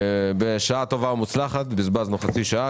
בשעה טובה ומוצלחת בזבזנו חצי שעה